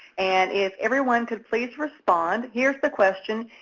and if everyone could please respond, here's the question.